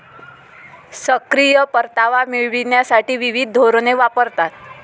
सक्रिय परतावा मिळविण्यासाठी विविध धोरणे वापरतात